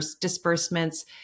disbursements